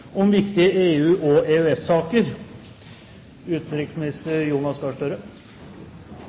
om viktige EU- og